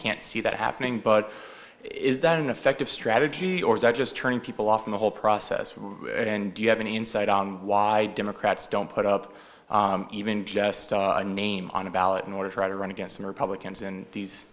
can't see that happening but is that an effective strategy or is that just turning people off from the whole process and do you have any insight on why democrats don't put up even just a name on a ballot in order to try to run against the republicans in these